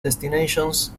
destinations